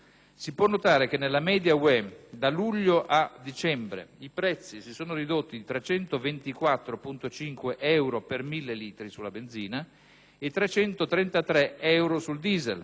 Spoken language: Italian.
si può notare che nella media UE da luglio a dicembre i prezzi si sono ridotti di 324,5 euro per mille litri sulla benzina e 333 euro sul diesel,